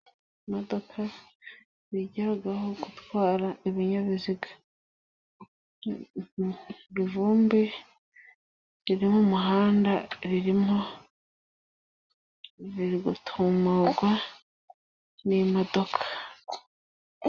Imodoka bigiraho gutwara ibinyabiziga, ivumbi riri mu muhanda ririmo riri gutumurwa n'imodoka.